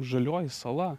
žalioji sala